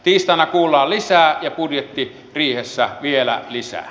tiistaina kuullaan lisää ja budjettiriihessä vielä lisää